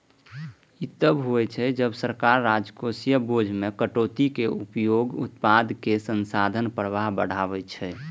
ई तब होइ छै, जब सरकार राजकोषीय बोझ मे कटौतीक उपयोग उत्पादक संसाधन प्रवाह बढ़बै छै